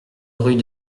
rue